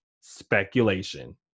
speculation